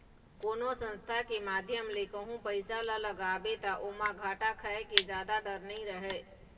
कोनो संस्था के माध्यम ले कहूँ पइसा ल लगाबे ता ओमा घाटा खाय के जादा डर नइ रहय